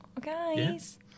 Guys